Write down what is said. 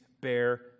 bear